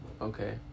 okay